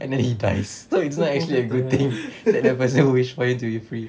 and then he dies so it's actually a good thing like the person wish for you to be free